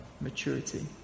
maturity